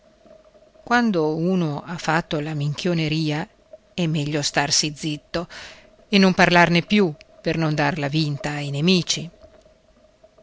quando uno ha fatto la minchioneria è meglio starsi zitto e non parlarne più per non darla vinta ai nemici